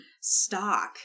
stock